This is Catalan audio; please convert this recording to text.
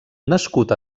nascut